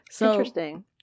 Interesting